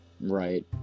right